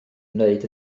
wneud